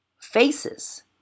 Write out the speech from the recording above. faces